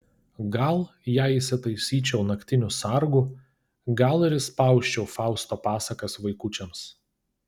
gal jei įsitaisyčiau naktiniu sargu gal ir išspausčiau fausto pasakas vaikučiams